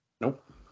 Nope